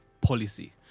policy